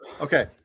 Okay